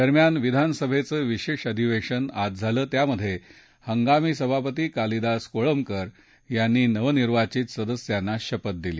दरम्यान विधानसभेचं विशेष अधिवेशन आज झालं त्यात हंगामी सभापती कालीदास कोळंबकर यांनी नवनिर्वाचित सदस्यांना शपथ दिली